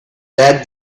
that